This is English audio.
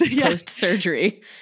Post-surgery